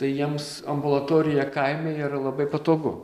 tai jiem ambulatorija kaime ir labai patogu